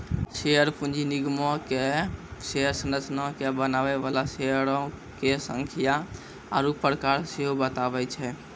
share पूंजी निगमो के शेयर संरचना के बनाबै बाला शेयरो के संख्या आरु प्रकार सेहो बताबै छै